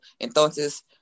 Entonces